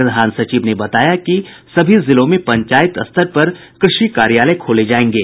प्रधान सचिव ने बताया कि सभी जिलों में पंचायत स्तर पर कृषि कार्यालय खोले जायेंगे